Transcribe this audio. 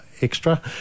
extra